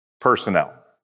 personnel